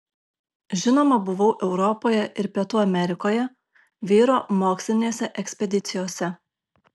žinoma buvau europoje ir pietų amerikoje vyro mokslinėse ekspedicijose